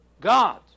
God